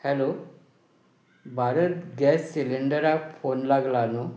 hello Bharat gas सिलिंडराक phone लागला न्हय